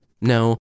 No